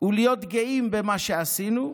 הוא להיות גאים במה שעשינו,